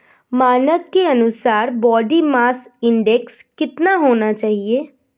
मानक के अनुसार बॉडी मास इंडेक्स कितना होना चाहिए?